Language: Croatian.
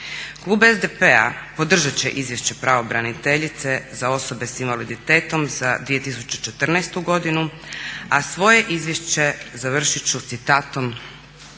Klub SDP-a podržat će Izvješće pravobraniteljice za osobe s invaliditetom za 2014. godinu, a svoje izlaganje završit ću citatom